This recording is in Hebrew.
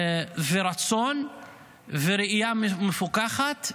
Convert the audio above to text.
רצון וראייה מפוכחת,